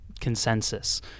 consensus